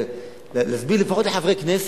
להסביר לפחות לחברי הכנסת,